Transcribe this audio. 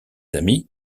amis